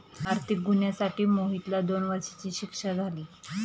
आर्थिक गुन्ह्यासाठी मोहितला दोन वर्षांची शिक्षा झाली